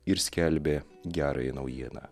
ir skelbė gerąją naujieną